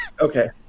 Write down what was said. Okay